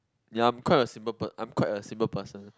ya I'm quite a simple per~ I'm quite a simple person